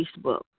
Facebook